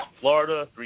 Florida